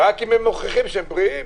רק אם הם מוכיחים שהם בריאים.